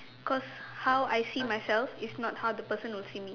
cause how I see myself is not how the person will see me